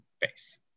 base